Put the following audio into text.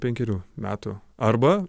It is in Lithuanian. penkerių metų arba